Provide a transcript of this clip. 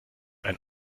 ein